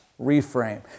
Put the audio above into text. reframe